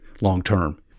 long-term